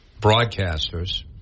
Broadcasters